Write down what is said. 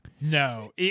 No